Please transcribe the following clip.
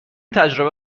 تجربه